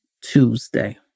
Tuesday